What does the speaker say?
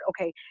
okay